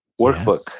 workbook